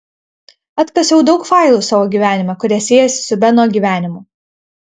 atkasiau daug failų savo gyvenime kurie siejasi su beno gyvenimu